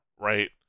Right